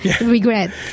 regret